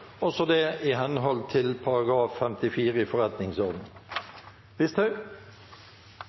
også det i henhold til § 54 i